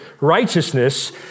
righteousness